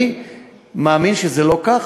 אני מאמין שזה לא כך,